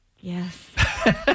Yes